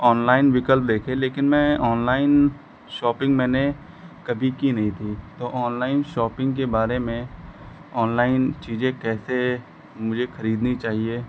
online विकल्प देखे लेकिन मैं ऑनलाइन शौपिंग मैंने कभी की नहीं थी तो ऑनलाइन शोपिंग के बारे में ऑनलाइन चीज़ें कैसे मुझे खरीदनी चाहिए